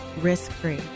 risk-free